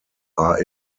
are